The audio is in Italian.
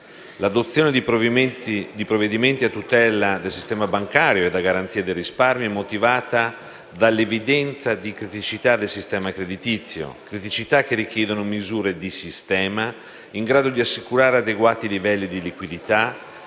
L'adozione di provvedimenti a tutela del sistema bancario e a garanzia del risparmio è motivata dall'evidenza di criticità del sistema creditizio che richiedono misure di sistema in grado di assicurare adeguati livelli di liquidità,